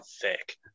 thick